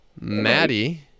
Maddie